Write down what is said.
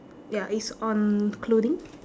ya it's on clothing